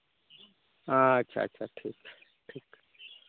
ᱟᱪᱪᱷᱟ ᱟᱪᱪᱷᱟ ᱴᱷᱤᱠ ᱴᱷᱤᱠ